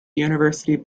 university